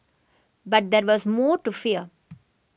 but there was more to fear